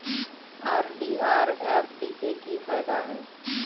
RD आर FD के की फायदा हय?